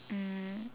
um